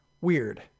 weird